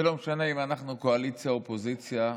ולא משנה אם אנחנו קואליציה או אופוזיציה,